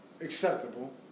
acceptable